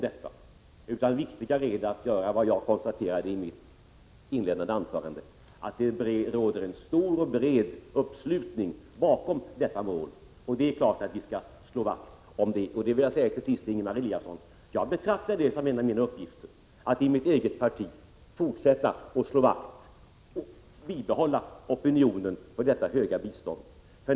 Det är viktigare att det, som jag konstaterade i mitt inledande anförande, råder en stor och bred uppslutning bakom detta mål. Det är klart att vi skall slå vakt om det. Jag vill till sist säga till Ingemar Eliasson: Jag betraktar det som en av mina uppgifter att i mitt eget parti slå vakt om opionionen för detta höga biståndsmål.